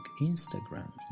Instagram